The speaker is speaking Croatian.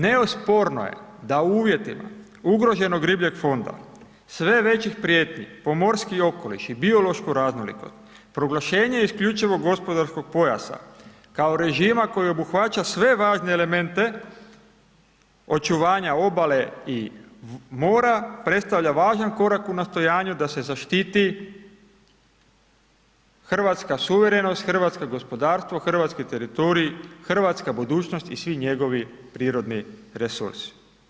Neosporno je da u uvjetima ugroženog ribljeg fonda, sve većih prijetnji po morski okoliš i biološku raznolikost proglašenje isključivog gospodarskog pojasa kao režima koji obuhvaća sve važne elemente očuvanja obale i mora predstavlja važan korak u nastojanju da se zaštiti hrvatska suverenost, hrvatsko gospodarstvo, hrvatski teritorij, hrvatska budućnost i svi njegovi prirodni resursi.